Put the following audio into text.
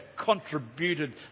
contributed